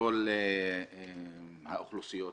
מכל האוכלוסיות,